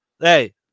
Hey